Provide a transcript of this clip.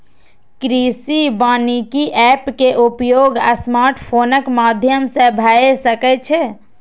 कृषि वानिकी एप के उपयोग स्मार्टफोनक माध्यम सं भए सकै छै